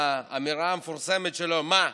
באמירה המפורסמת שלו: מה,